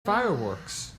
fireworks